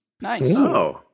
Nice